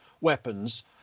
weapons